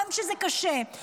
גם כשזה קשה,